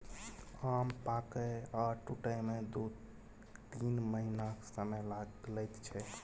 आम पाकय आ टुटय मे दु तीन महीनाक समय लैत छै